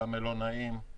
על המלונאים,